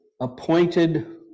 appointed